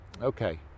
Okay